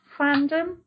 fandom